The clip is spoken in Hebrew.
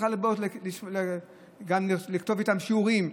צריכה להכין איתם שיעורים,